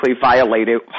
violated